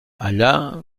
allà